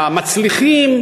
למצליחים.